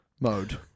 mode